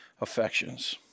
affections